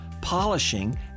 polishing